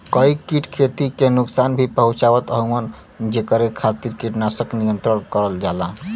कई कीट खेती के नुकसान भी पहुंचावत हउवन जेकरे खातिर कीटनाशक नियंत्रण करल जाला